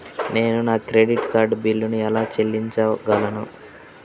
నేను నా credit card బిల్లును ఎలా చెల్లించగలను?